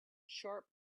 sharp